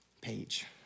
page